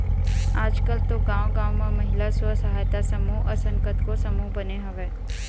आजकल तो गाँव गाँव म महिला स्व सहायता समूह असन कतको समूह बने हवय